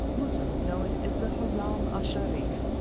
muslims know it as the haram al-sharif,